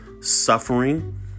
suffering